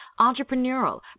entrepreneurial